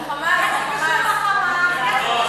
ל"חמאס", ל"חמאס".